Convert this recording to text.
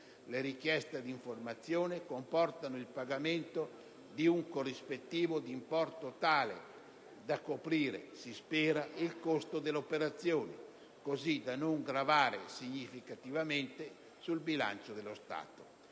Le richieste d'informazione comportano il pagamento di un corrispettivo, di importo tale da coprire - si spera - il costo dell'operazione, così da non gravare significativamente sul bilancio dello Stato.